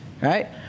right